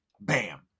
bam